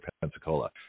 Pensacola